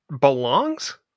belongs